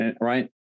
Right